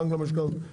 הבנק למשכנתאות,